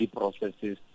processes